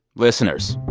listeners,